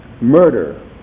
Murder